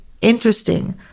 interesting